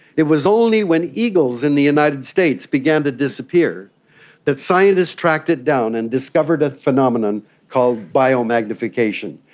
it was only when eagles in the united states began to disappear that scientists tracked it down and discovered a phenomenon called biomagnification.